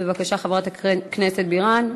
בבקשה, חברת הכנסת בירן.